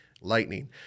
Lightning